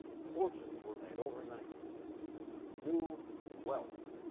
fortunes were made overnight new wealth,